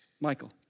Michael